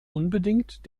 unbedingt